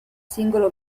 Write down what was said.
singolo